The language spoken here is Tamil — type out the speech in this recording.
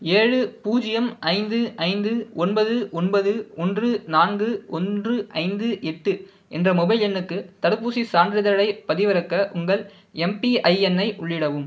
ஏழு பூஜ்ஜியம் ஐந்து ஐந்து ஒன்பது ஒன்பது ஒன்று நான்கு ஒன்று ஐந்து எட்டு என்ற மொபைல் எண்ணுக்கு தடுப்பூசிச் சான்றிதழைப் பதிவிறக்க உங்கள் எம்பிஐஎன் ஐ உள்ளிடவும்